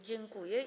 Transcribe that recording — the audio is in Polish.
Dziękuję.